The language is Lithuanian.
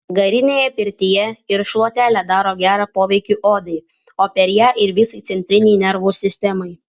garinėje pirtyje ir šluotelė daro gerą poveikį odai o per ją ir visai centrinei nervų sistemai